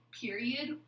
period